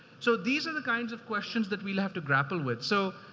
so these are the kinds of questions that we'll have to grapple with. so,